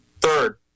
Third